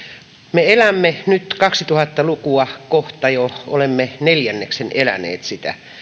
me elämme nyt kaksituhatta lukua kohta jo olemme neljänneksen eläneet sitä